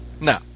No